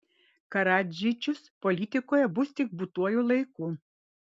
karadžičius politikoje bus tik būtuoju laiku